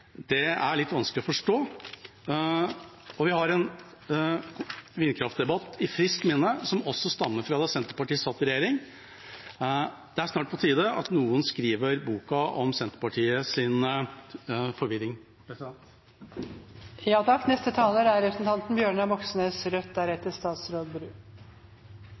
det er litt vanskelig å forstå. Vi har en vindkraftdebatt friskt i minne som også stammer fra da Senterpartiet satt i regjering. Det er snart på tide at noen skriver boka om Senterpartiets forvirring. Først en takk